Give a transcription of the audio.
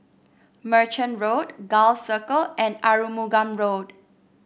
Merchant Road Gul Circle and Arumugam Road